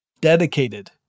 dedicated